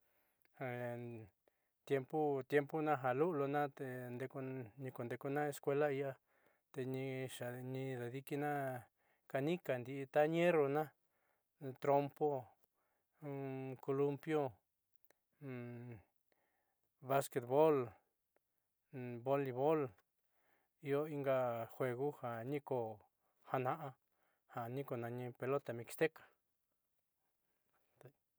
Jan tiempo, tiempo na ka nunu naté ni ko ne kuan escuela ihá, teni chani dadikina'a, canica xhi ta ñerona, trompo cul pio, baquet bool, un boli bool, iho inka juego jan niko jana'a, jan ko nani pelota mixteca.